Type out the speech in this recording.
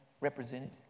represented